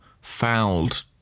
fouled